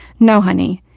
no honey,